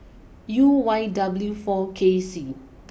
U Y W four K C